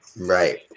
Right